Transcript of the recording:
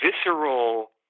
visceral